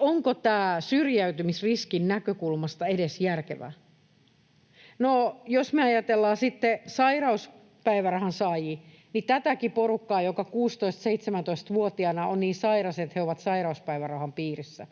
onko tämä syrjäytymisriskin näkökulmasta edes järkevää? Jos me ajatellaan sitten sairauspäivärahan saajia, niin tätäkään porukkaa, joka 16—17-vuotiaana on niin sairas, että he ovat sairauspäivärahan piirissä,